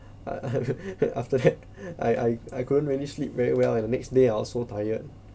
after that I I I couldn't really sleep very well and the next day I was so tired